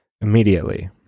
immediately